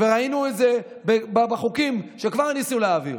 ראינו את זה בחוקים שכבר ניסו להעביר.